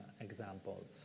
example